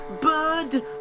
bird